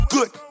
Good